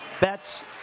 Bets